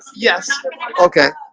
yes okay,